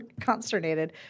consternated